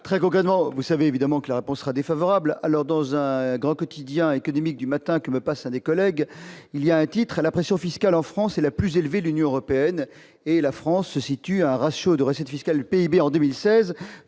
très concrètement, vous savez, évidemment que la réponse sera défavorable alors dans un grand quotidien économique du matin qui me passe à des collègues, il y a un titre à la pression fiscale en France est la plus élevée de l'Union européenne et la France se situe un ratio de recettes fiscales PIB en 2016